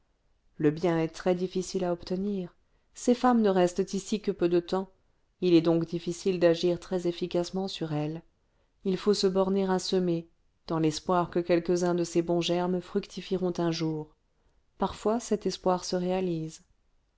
le bien est très-difficile à obtenir ces femmes ne restent ici que peu de temps il est donc difficile d'agir très efficacement sur elles il faut se borner à semer dans l'espoir que quelques-uns de ces bons germes fructifieront un jour parfois cet espoir se réalise